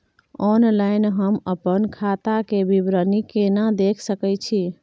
Online हम अपन खाता के विवरणी केना देख सकै छी?